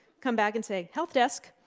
come back and say health desk.